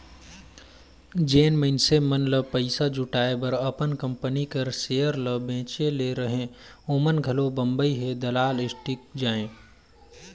जेन मइनसे मन ल पइसा जुटाए बर अपन कंपनी कर सेयर ल बेंचे ले रहें ओमन घलो बंबई हे दलाल स्टीक जाएं